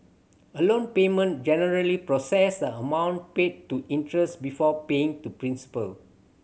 a loan payment generally process the amount paid to interest before paying to principal